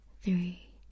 three